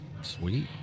Sweet